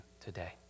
today